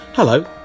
Hello